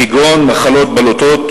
כגון מחלות בלוטות,